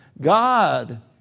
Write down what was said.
God